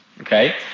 okay